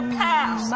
pass